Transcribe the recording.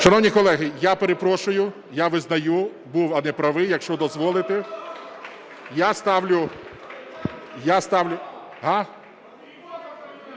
Шановні колеги, я перепрошую, я визнаю, був неправий. Якщо дозволите,